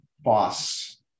boss